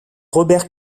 robert